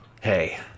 Hey